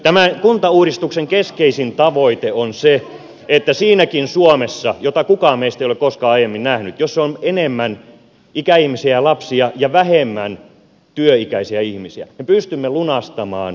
tämän kuntauudistuksen keskeisin tavoite on se että siinäkin suomessa jota kukaan meistä ei ole koskaan aiemmin nähnyt jossa on enemmän ikäihmisiä ja lapsia ja vähemmän työikäisiä ihmisiä me pystymme lunastamaan hyvinvointilupaukset